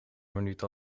minuten